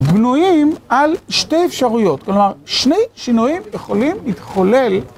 בנויים על שתי אפשרויות, כלומר שני שינויים יכולים להתחולל.